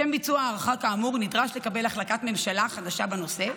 לשם ביצוע ההארכה כאמור נדרש לקבל החלטת ממשלה חדשה בנושא,